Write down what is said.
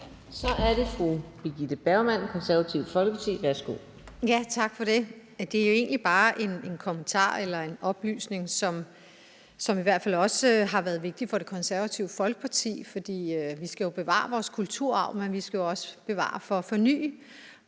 Så er det fru Birgitte Bergman, Det Konservative Folkeparti. Værsgo. Kl. 14:25 Birgitte Bergman (KF): Tak for det. Jeg har bare en kommentar eller en oplysning, som i hvert fald har været vigtig for Det Konservative Folkeparti. Vi skal bevare vores kulturarv, men vi skal jo også bevare for at forny.